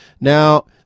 Now